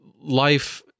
life